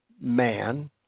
man